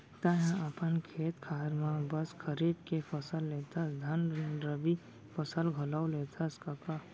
तैंहा अपन खेत खार म बस खरीफ के फसल लेथस धन रबि फसल घलौ लेथस कका?